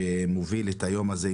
שמוביל את היום הזה,